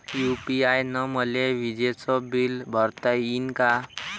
UPI न मले विजेचं बिल भरता यीन का?